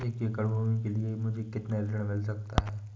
एक एकड़ भूमि के लिए मुझे कितना ऋण मिल सकता है?